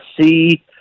see